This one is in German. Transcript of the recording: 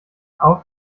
auch